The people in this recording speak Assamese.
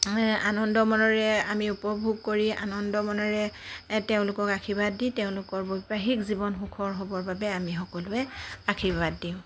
আমি আনন্দ মনেৰে আমি উপভোগ কৰি আনন্দ মনেৰে তেওঁলোকক আশীৰ্বাদ দি তেওঁলোকৰ বৈবাহিক জীৱন সুখৰ হ'বৰ বাবে আমি সকলোৱে আশীৰ্বাদ দিওঁ